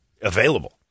available